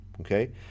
okay